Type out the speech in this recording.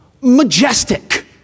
majestic